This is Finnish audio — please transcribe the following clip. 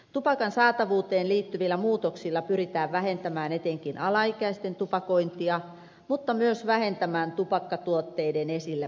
tupakan saatavuuteen liittyvillä muutoksilla pyritään vähentämään etenkin alaikäisten tupakointia mutta myös vähentämään tupakkatuotteiden esillä pitämistä